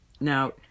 Now